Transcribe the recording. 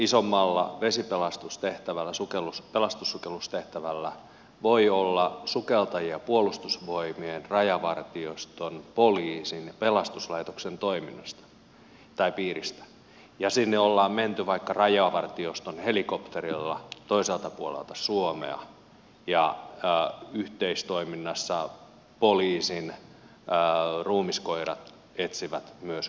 samassa isommassa vesipelastustehtävässä pelastussukellustehtävässä voi olla sukeltajia puolustusvoimien rajavartioston poliisin ja pelastuslaitoksen piiristä sinne ollaan menty vaikka rajavartioston helikopterilla toiselta puolelta suomea ja yhteistoiminnassa myös poliisin ruumiskoirat etsivät kohdetta